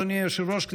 אדוני היושב-ראש,